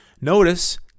Notice